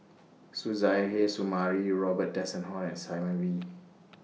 Suzairhe Sumari Robin Tessensohn and Simon Wee